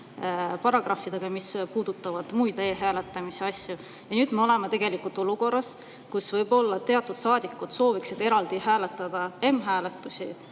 paragrahvidega, mis puudutavad muid e‑hääletamise asju. Ja nüüd me oleme olukorras, kus võib-olla teatud saadikud sooviksid eraldi hääletada m‑hääletust